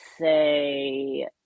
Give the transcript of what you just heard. say